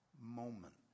moment